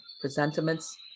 presentiments